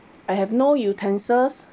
I have no utensils